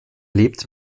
lebt